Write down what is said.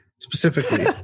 specifically